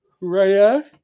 Right